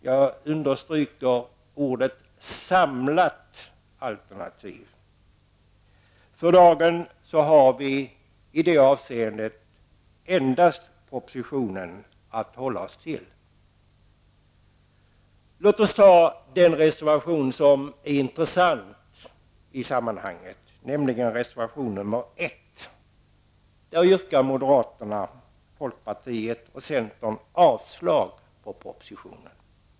Jag understryker ett samlat alternativ. I dag har vi i det avseendet endast propositionen att hålla oss till. Låt oss ta upp den reservation som är intressant i sammanhanget, nämligen reservation nr 1. I denna yrkar moderaterna, folkpartiet och centern avslag på propositionen.